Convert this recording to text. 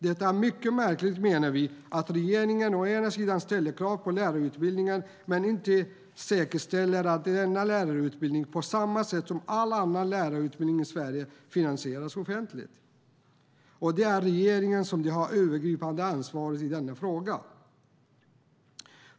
Det är mycket märkligt, menar vi, att regeringen ställer krav på Waldorflärarutbildning men inte säkerställer att denna lärarutbildning, på samma sätt som all annan lärarutbildning i Sverige, finansieras offentligt. Det är regeringen som har det övergripande ansvaret i denna fråga.